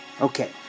okay